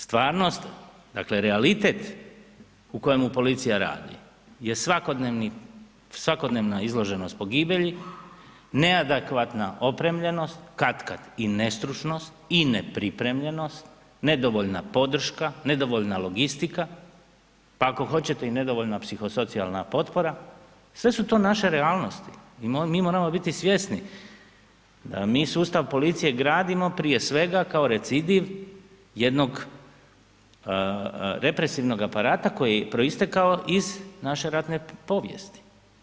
Stvarnost, dakle, realitet u kojemu policija radi je svakodnevna izloženost pogibelji, neadekvatna opremljenost, katkad i nestručnost i nepripremljenost, nedovoljna podrška, nedovoljna logistika, pa ako hoćete i nedovoljna psihosocijalna potpora, sve su to naše realnosti i mi moramo biti svjesni, mi sustav policije gradimo prije svega, kao recidiv jednog represivnog aparata koji je proistekao iz naše ratne povijesti.